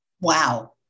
Wow